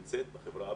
נמצאת בחברה הבדואית.